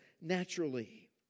naturally